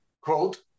quote